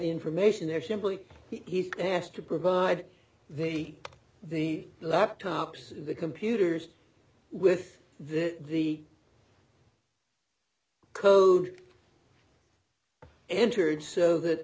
information they're simply he's asked to provide the the laptops the computers with this the code entered so that